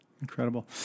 incredible